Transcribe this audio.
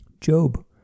Job